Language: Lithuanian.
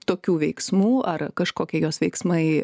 tokių veiksmų ar kažkokie jos veiksmai